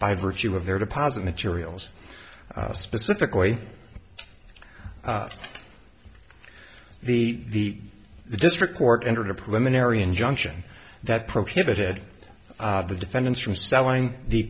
by virtue of their deposit materials specifically the the district court entered a preliminary injunction that prohibited the defendants from selling the